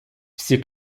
всі